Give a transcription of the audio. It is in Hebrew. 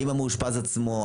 האם זה המאושפז עצמו,